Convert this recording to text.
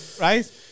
Right